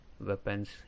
weapons